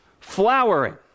flowering